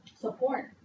support